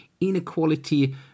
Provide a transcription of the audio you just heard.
inequality